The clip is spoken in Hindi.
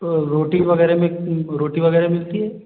वो रोटी वगैरह में रोटी वगैरह मिलती है